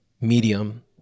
medium